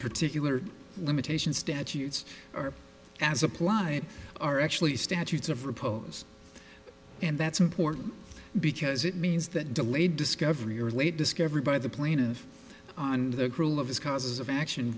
particular limitation statutes are as applied are actually statutes of repose and that's important because it means that delayed discovery or late discovery by the plaintiff on the rule of his causes of action